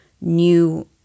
new